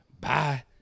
bye